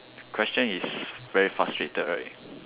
question is very frustrated right